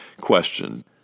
question